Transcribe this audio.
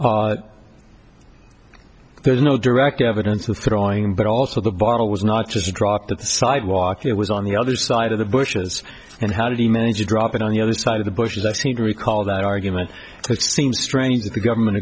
there's no direct evidence of throwing but also the bottle was not just dropped the sidewalk it was on the other side of the bushes and how did he manage to drop it on the other side of the bushes i seem to recall that argument seems strange that the government